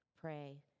Pray